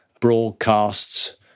broadcasts